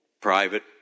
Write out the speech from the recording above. private